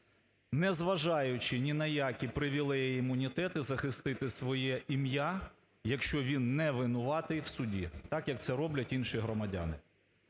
не зважаючи ні на які привілеї і імунітети захистити своє ім'я, якщо він не винуватий в суді так, як це роблять інші громадяни.